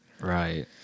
Right